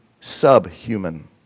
subhuman